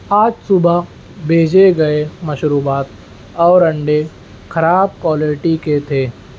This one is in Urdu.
آج صبح بھیجے گئے مشروبات اور انڈے خراب کوالٹی کے تھے